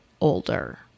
older